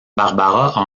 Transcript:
barbara